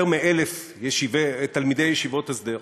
יותר מ-1,000 תלמידי ישיבות הסדר,